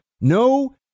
no